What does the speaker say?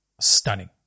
stunning